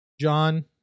John